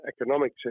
economic